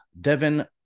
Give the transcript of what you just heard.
Devin